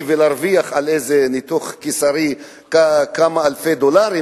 ולהרוויח על איזה ניתוח קיסרי כמה אלפי דולרים,